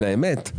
לאמת,